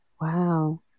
Wow